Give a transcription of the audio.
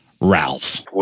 ralph